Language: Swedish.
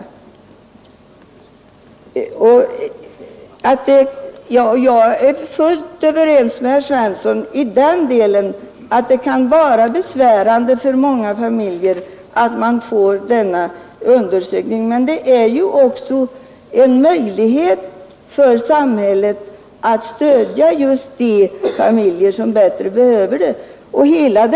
Jag är helt ense med herr Svensson om att de undersökningar som han talade om kan vara besvärande för många familjer, men de ger ändå en möjlighet för samhället att stödja just de familjer som bäst behöver stöd.